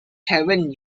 heaven